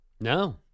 No